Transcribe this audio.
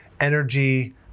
energy